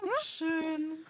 Schön